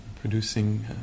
producing